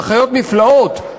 אחיות נפלאות,